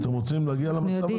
אתם רוצים להגיע למצב הזה?